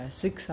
six